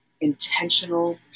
intentional